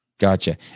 Gotcha